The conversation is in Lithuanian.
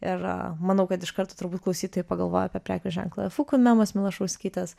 ir manau kad iš karto turbūt klausytojai pagalvojo apie prekių ženklą efukum emos milašauskytės